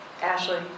Ashley